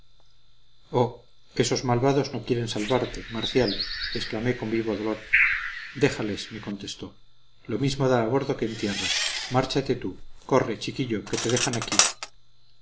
esos malvados no quieren salvarte marcial exclamé con vivo dolor déjales me contestó lo mismo da a bordo que en tierra márchate tú corre chiquillo que te dejan aquí